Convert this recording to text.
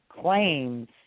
claims